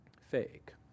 Fake